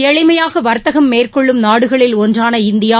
எளிமையாக வர்த்தகம் மேற்கொள்ளும் நாடுகளில் ஒன்றான இந்தியா